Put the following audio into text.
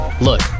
Look